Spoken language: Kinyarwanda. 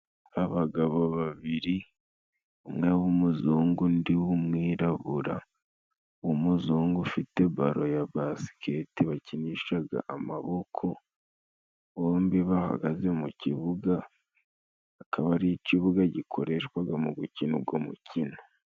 abagabo babiri umwe w'umuzungu undi w'umwirabura w'umuzungu ufite baro ya basikete bakinishaga amaboko bombi bahagaze mu kibuga akaba ari ikibuga gikoreshwaga mu gukina uwo mukino